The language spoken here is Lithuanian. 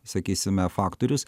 sakysime faktorius